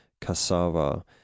cassava